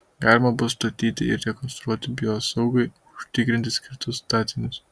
galima bus statyti ir rekonstruoti biosaugai užtikrinti skirtus statinius